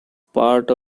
part